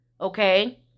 okay